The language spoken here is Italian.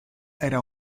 era